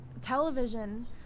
television